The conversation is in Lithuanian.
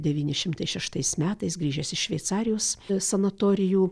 devyni šimtai šeštais metais grįžęs iš šveicarijos sanatorijų